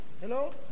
Hello